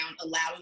allowing